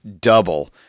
double